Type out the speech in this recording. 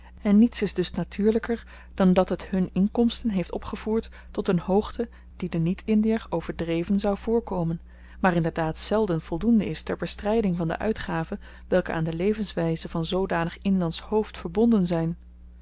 en niets is dus natuurlyker dan dat het hun inkomsten heeft opgevoerd tot een hoogte die den niet indier overdreven zou voorkomen maar inderdaad zelden voldoende is ter bestryding van de uitgaven welke aan de levenswyze van zoodanig inlandsch hoofd verbonden zyn